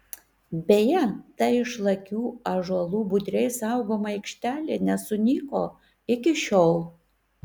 beje ta išlakių ąžuolų budriai saugoma aikštelė nesunyko iki šiol